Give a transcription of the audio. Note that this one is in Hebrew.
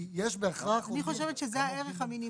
כי יש בהכרח עובדים --- אני חושבת שזה הער המינימלי,